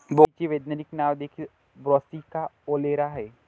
ब्रोकोलीचे वैज्ञानिक नाव देखील ब्रासिका ओलेरा आहे